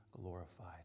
glorified